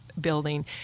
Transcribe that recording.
building